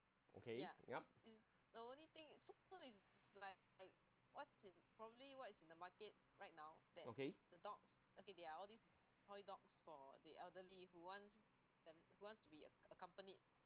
okay yup okay